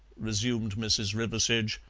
resumed mrs. riversedge,